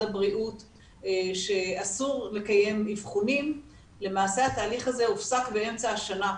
הבריאות שאסור לקיים אבחונים למעשה התהליך הזה הופסק באמצע השנה,